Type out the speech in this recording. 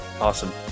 Awesome